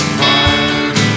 fire